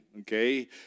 Okay